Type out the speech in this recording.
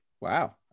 Wow